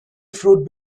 fruit